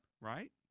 right